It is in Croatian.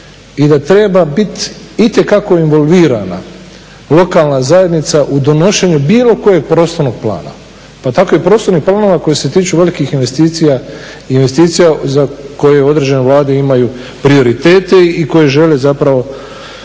i da treba biti itekako involvirana lokalna zajednica u donošenju bilo kojeg prostornog plana, pa tako i prostornih planova koji se tiču velikih investicija, investicija za koje određene vlade imaju prioritete i koje žele na